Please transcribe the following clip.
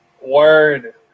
Word